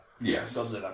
Yes